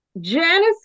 Janice